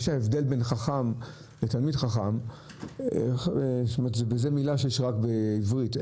ההבדל בין חכם לתלמיד חכם וזאת מילה שיש רק בעברית,